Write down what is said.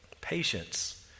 patience